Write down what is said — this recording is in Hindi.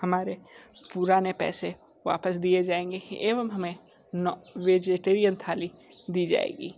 हमारे पुराने पैसे वापस दिए जायेंगे एवं हमें वेजीटेरियन थाली दी जाएगी